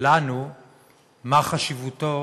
לנו מה חשיבותו